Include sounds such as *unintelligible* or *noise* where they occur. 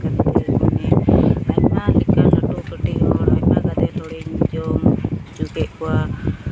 *unintelligible* ᱟᱭᱢᱟ ᱞᱮᱠᱟᱱ ᱞᱟᱹᱴᱩ ᱠᱟᱹᱴᱤᱡ ᱦᱚᱲ ᱞᱮᱠᱟ ᱠᱟᱛᱮᱫ ᱱᱚᱰᱮᱧ ᱡᱚᱢ ᱦᱚᱪᱚ ᱠᱮᱜ ᱠᱚᱣᱟ